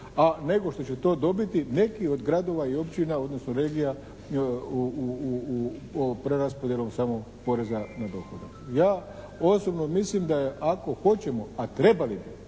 nego što će to dobiti neki od gradova i općina odnosno regija u preraspodjeli ovog samog poreza na dohodak. Ja osobno mislim da je ako hoćemo, a trebali bi